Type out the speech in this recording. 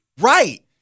Right